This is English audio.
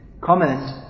comment